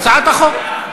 הצעת החוק.